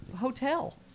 hotel